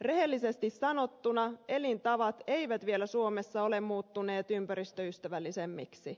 rehellisesti sanottuna elintavat eivät vielä suomessa ole muuttuneet ympäristöystävällisemmiksi